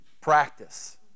Practice